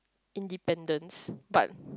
independence but